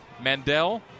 Mandel